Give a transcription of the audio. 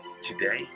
Today